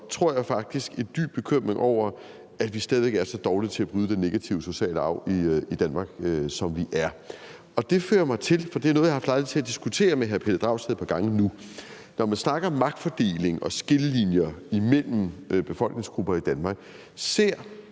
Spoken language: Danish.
tror jeg faktisk, deler en dyb bekymring over, at vi stadig væk er så dårlige til at bryde den negative sociale arv i Danmark, som vi er. Det fører mig til at spørge – for det er noget, jeg har haft lejlighed til at diskutere med hr. Pelle Dragsted et par gange nu – om hr. Pelle Dragsted, når man snakker om magtfordelingen og skillelinjer imellem befolkningsgrupper i Danmark, så